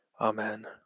Amen